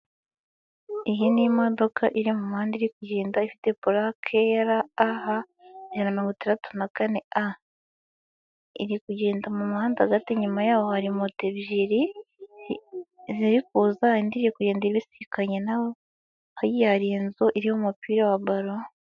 Iyi ni imodoka iri mu muhanda iri kugenda, ifite pulake ya RAH164A, iri kugenda mu muhanda hagati, inyuma ya yo hari moto ebyiri ziri kuza, indi kugenda ibisikanye nayo. Hirya yayo hari inzu iriho umupira wa baro.